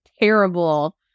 terrible